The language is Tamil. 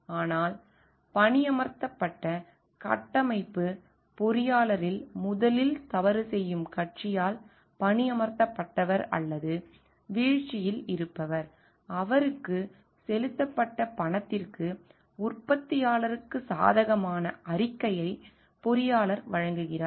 ஆனால் பணியமர்த்தப்பட்ட கட்டமைப்பு பொறியாளரில் முதலில் தவறு செய்யும் கட்சியால் பணியமர்த்தப்பட்டவர் அல்லது வீழ்ச்சியில் இருப்பவர் அவருக்கு செலுத்தப்பட்ட பணத்திற்கு உற்பத்தியாளருக்கு சாதகமான அறிக்கையை பொறியாளர் வழங்குகிறார்